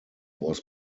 was